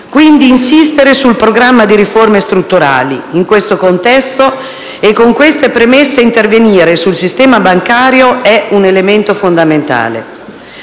quindi insistere sul programma di riforme strutturali. In questo contesto e con queste premesse intervenire sul sistema bancario è un elemento fondamentale.